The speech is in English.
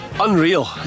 Unreal